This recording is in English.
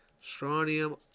Strontium